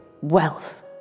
Wealth